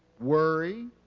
worry